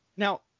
Now